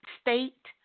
state